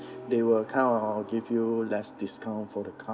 they will kind of give you less discount for the car